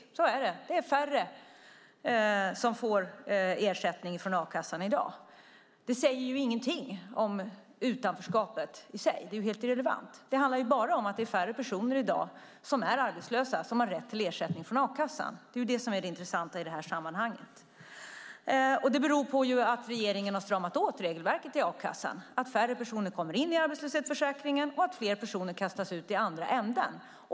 Så är det. Det är färre som i dag får ersättning från a-kassan. Men det säger ingenting om utanförskapet i sig. Det är helt irrelevant. Det handlar bara om att det i dag är färre personer som är arbetslösa och som har rätt till ersättning från a-kassan. Detta är det intressanta i sammanhanget. Det beror på att regeringen har stramat åt regelverket i a-kassan, på att färre personer kommer in i arbetslöshetsförsäkringen och på att fler personer kastas ut i andra ändan.